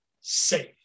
safe